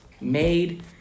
made